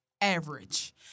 average